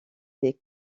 des